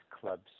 clubs